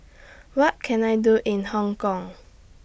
What Can I Do in Hong Kong